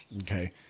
Okay